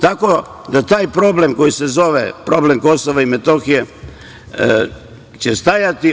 Taj problem koji se zove problem Kosova i Metohije će stajati.